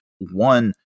one